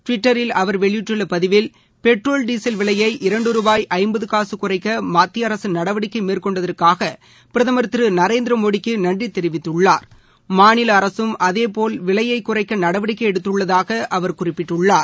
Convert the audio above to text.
டுவிட்டரில் அவர் வெளியிட்டுள்ளபதிவில் பெட்ரோல் டீசல் விலையை இரண்டு ருபாய் ஐம்பதுகாசுகுறைக்கமத்திய அரசுநடவடிக்கைமேற்கொண்டதற்காகபிரதமர் திருநரேந்திரமோடிக்குநன்றிதெரிவித்துள்ளார் மாநிலஅரசும் அதேபோல் விலையைகுறைக்கநடவடிக்கைஎடுத்துள்ளதாகஅவர் குறிப்பிட்டுள்ளார்